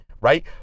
right